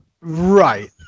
Right